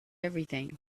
everything